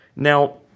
Now